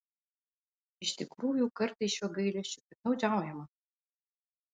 iš tikrųjų kartais šiuo gailesčiu piktnaudžiaujama